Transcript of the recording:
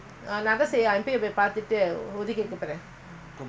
ah அப்பதா:appatha confirm பண்ணிட்டு:pannitu room செய்றேன்நான்உனக்கு:seiyaren naan unaku